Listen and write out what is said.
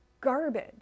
Garbage